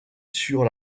sur